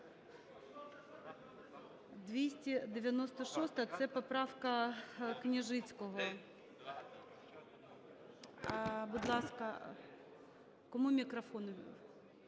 296-а - це поправка Княжицького. Будь ласка… Кому мікрофон?